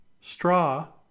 straw